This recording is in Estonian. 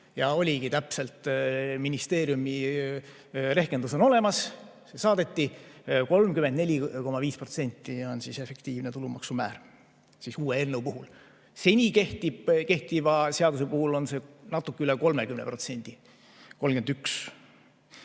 Ja oligi täpselt, ministeeriumi rehkendus on olemas, see saadeti: 34,5% on efektiivne tulumaksumäär uue eelnõu puhul. Seni kehtiva seaduse puhul on see natuke üle 30%, 31%.